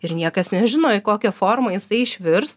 ir niekas nežino į kokią formą jisai išvirs